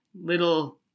little